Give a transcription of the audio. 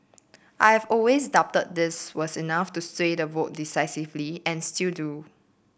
I have always doubted this was enough to sway the vote decisively and still do